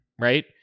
right